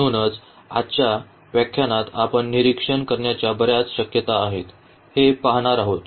म्हणूनच आजच्या व्याख्यानात आपण निरिक्षण करण्याच्या बर्याच शक्यता आहेत हे पाहणार आहोत